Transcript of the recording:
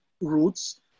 roots